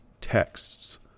texts